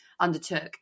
undertook